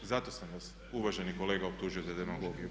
Zato sam vas uvaženi kolega optužio za demagogiju.